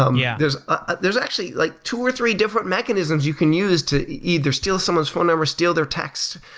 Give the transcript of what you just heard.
um yeah there's ah there's actually like two or three different mechanisms you can use to either steal someone's phone number, steal their text,